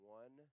one